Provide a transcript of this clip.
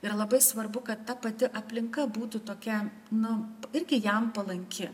ir labai svarbu kad ta pati aplinka būtų tokia nu irgi jam palanki